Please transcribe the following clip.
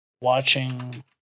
watching